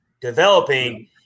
developing